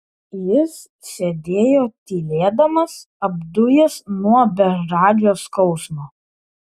jis sėdėjo tylėdamas apdujęs nuo bežadžio skausmo